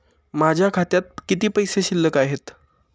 माझ्या खात्यात किती पैसे शिल्लक आहेत?